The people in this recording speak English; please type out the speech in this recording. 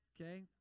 Okay